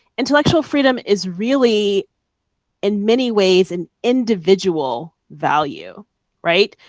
intellectual freedom is really in many ways an individual value right?